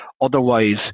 otherwise